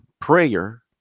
prayer